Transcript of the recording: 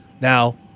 Now